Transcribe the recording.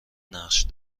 نقش